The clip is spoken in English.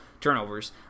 turnovers